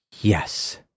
Yes